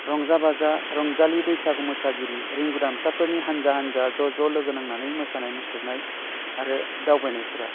रंजा बाजा रंजालि बैसागु मोसागिरि रिंगु दामसाफोरनि हान्जा हान्जा ज' ज' लोगो नांनानै मोसानाय मुसुरनाय आरो दावबायनायफोरा